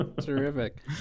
Terrific